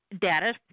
data